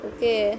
Okay